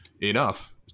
enough